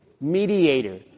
mediator